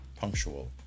punctual